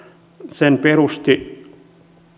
sen perusti